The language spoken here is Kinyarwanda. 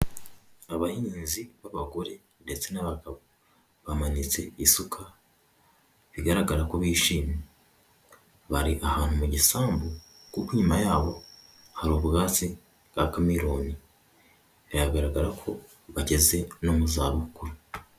Abahinzi b'abagore ndetse n'abagabo, bamanitse isuka, bigaragara ko bishimye bari ahantu mu gisambu kukoma yabo hari ubwatsi bwa cameroni biragaragara ko bageze no mu zabukuru.